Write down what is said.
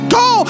go